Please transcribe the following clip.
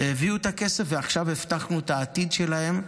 הביאו את הכסף, ועכשיו הבטחנו את העתיד שלהם.